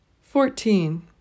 Fourteen